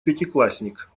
пятиклассник